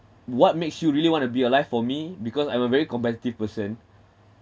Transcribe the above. what makes you really want to be alive for me because I'm a very competitive person